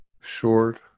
short